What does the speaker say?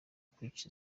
kwicwa